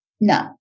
No